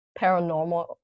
paranormal